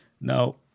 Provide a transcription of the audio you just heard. Now